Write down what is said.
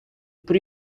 pre